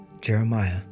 Jeremiah